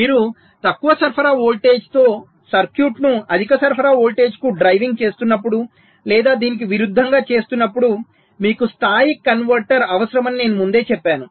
మీరు తక్కువ సరఫరా వోల్టేజ్తో సర్క్యూట్ను అధిక సరఫరా వోల్టేజ్కు డ్రైవింగ్ చేస్తున్నప్పుడు లేదా దీనికి విరుద్ధంగా చేస్తున్నప్పుడు మీకు స్థాయి కన్వర్టర్ అవసరమని నేను ముందే చెప్పాను